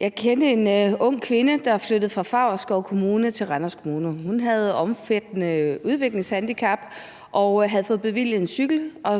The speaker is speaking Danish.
Jeg kendte en ung kvinde, der flyttede fra Favrskov Kommune til Randers Kommune, og hun havde et omfattende udviklingshandicap og havde fået bevilget en cykel,